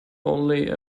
only